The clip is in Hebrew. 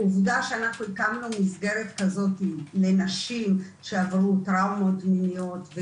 עובדה שאנחנו הקמנו מסגרת כזאת לנשים שעברו טראומות מיניות,